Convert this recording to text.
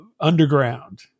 underground